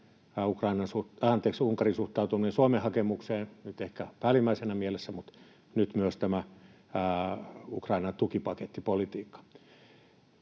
aikoihin Unkarin suhtautuminen Suomen hakemukseen nyt ehkä päällimmäisenä mielessä, mutta nyt myös tämä Ukrainan tukipaketin politiikka.